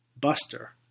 Buster